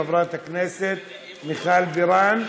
חברת הכנסת מיכל בירן,